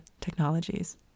technologies